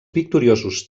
victoriosos